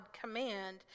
command